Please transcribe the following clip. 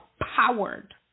powered